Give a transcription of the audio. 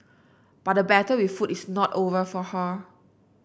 but the battle with food is not over for her